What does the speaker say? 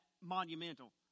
monumental